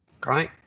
Great